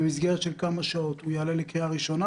ובמסגרת של כמה שעות הוא יעלה לקריאה ראשונה,